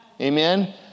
Amen